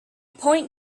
point